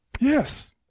Yes